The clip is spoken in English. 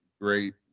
great